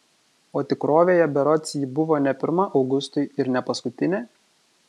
o tikrovėje berods ji buvo ne pirma augustui ir ne paskutinė